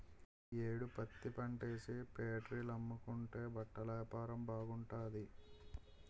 ఈ యేడు పత్తిపంటేసి ఫేట్రీల కమ్ముకుంటే బట్టలేపారం బాగుంటాది